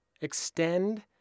Extend